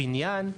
בניין,